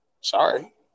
Sorry